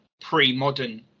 pre-modern